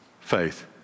Faith